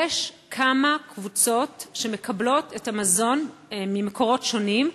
יש כמה קבוצות שמקבלות את המזון ממקורות שונים,